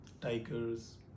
Tigers